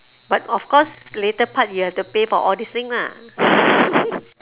but of course later part you have to pay for all these thing lah